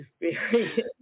experience